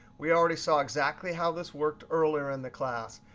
we already saw exactly how this worked earlier in the class.